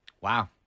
Wow